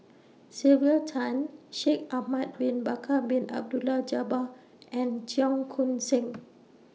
Sylvia Tan Shaikh Ahmad Bin Bakar Bin Abdullah Jabbar and Cheong Koon Seng